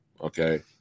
okay